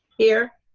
here.